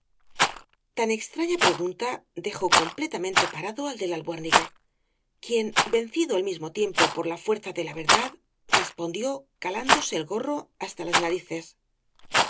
tan extraña pregunta dejó completamente parado al de la albuérniga quien vencido al mismo tiempo por la fuerza de la verdad respondió calándose el gorro hasta las narices